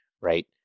right